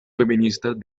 feministas